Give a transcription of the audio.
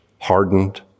hardened